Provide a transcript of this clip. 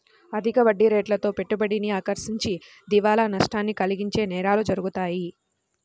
అధిక వడ్డీరేట్లతో పెట్టుబడిని ఆకర్షించి దివాలా నష్టాన్ని కలిగించే నేరాలు జరుగుతాయి